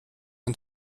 ein